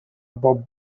بوب